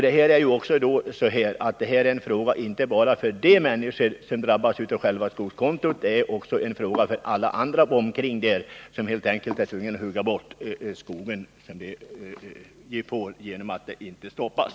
Det här är också en fråga inte bara för de människor som direkt drabbas av skadorna utan det är också en fråga för alla omkringboende, som helt enkelt blir tvungna att hugga bort skogen därför att granbarkborrens härjningar inte stoppas.